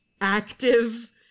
active